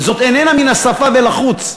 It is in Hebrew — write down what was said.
ולא מן השפה ולחוץ.